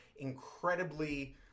incredibly